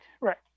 right